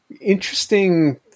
interesting